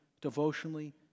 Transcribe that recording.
devotionally